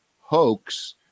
hoax